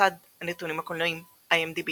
במסד הנתונים הקולנועיים IMDb